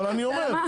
אבל אני אומר,